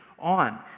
on